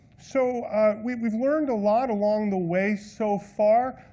so ah we've we've learned a lot along the way, so far.